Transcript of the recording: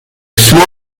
small